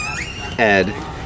Ed